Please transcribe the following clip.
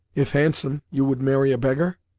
if handsome, you would marry a beggar?